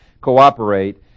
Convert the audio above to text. cooperate